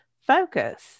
focus